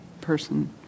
person